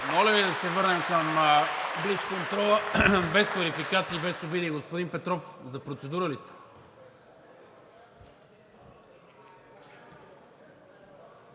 моля Ви да се върнем към блицконтрола. Без квалификации, без обиди. Господин Петров, за процедура ли сте?